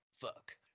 Fuck